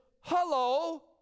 hello